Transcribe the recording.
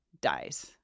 dies